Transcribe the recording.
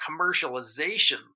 commercialization